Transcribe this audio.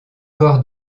corps